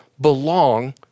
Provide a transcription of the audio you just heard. belong